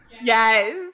Yes